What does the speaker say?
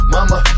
Mama